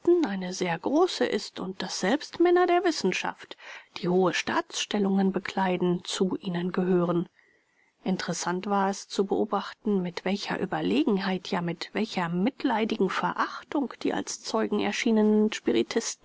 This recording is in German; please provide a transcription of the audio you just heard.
eine sehr große ist und daß selbst männer der wissenschaft die hohe staatsstellungen bekleiden zu ihnen gehören interessant war es zu beobachten mit welcher überlegenheit ja mit welcher mitleidigen verachtung die als zeugen erschienenen